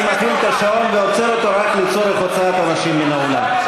אני מפעיל את השעון ועוצר אותו רק לצורך הוצאת אנשים מן האולם.